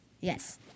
Yes